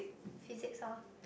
physics orh